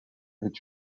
est